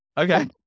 Okay